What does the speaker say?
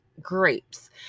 grapes